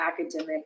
academic